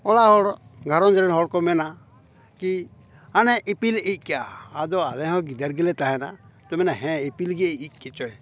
ᱚᱲᱟᱜ ᱦᱚᱲ ᱜᱷᱟᱨᱚᱸᱡᱽ ᱨᱮᱱ ᱦᱚᱲ ᱠᱚ ᱢᱮᱱᱟ ᱠᱤ ᱦᱟᱱᱮ ᱤᱯᱤᱞᱮ ᱤᱡ ᱠᱮᱫᱟ ᱟᱫᱚ ᱟᱞᱮᱦᱚᱸ ᱜᱤᱫᱟᱹᱨ ᱜᱮᱞᱮ ᱛᱟᱦᱮᱱᱟ ᱛᱚᱞᱮ ᱢᱮᱱᱟ ᱦᱮᱸ ᱤᱯᱤᱞ ᱜᱮ ᱤᱡᱽ ᱠᱮᱫᱪᱚᱭ